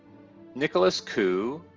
nicholas khoo,